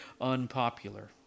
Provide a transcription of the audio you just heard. unpopular